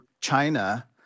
China